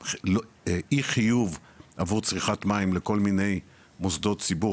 אי חיוב עבור צריכת מים לכל מיני מוסדות ציבור